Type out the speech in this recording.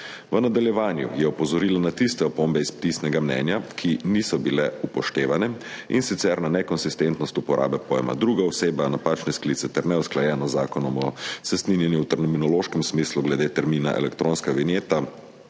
V nadaljevanju je opozorila na tiste opombe iz pisnega mnenja, ki niso bile upoštevane, in sicer na nekonsistentnost uporabe pojma druga oseba, napačne sklice ter neusklajenost z Zakonom o cestninjenju v terminološkem smislu glede termina elektronska vinjeta